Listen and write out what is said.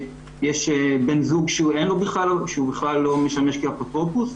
יש בן זוג שהוא בכלל לא משמש כאפוטרופוס.